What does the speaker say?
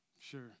Sure